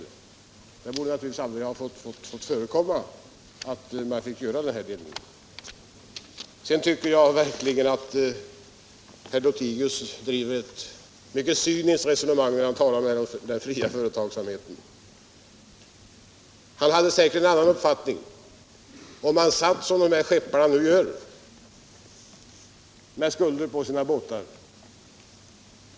Något sådant borde naturligtvis aldrig ha fått förekomma. Sedan tycker jag verkligen att herr Lothigius för ett mycket cyniskt resonemang när han talar om den fria företagsamheten. Han hade säkert en annan uppfattning om han satt som de här skepparna nu gör med skulder på sina fartyg.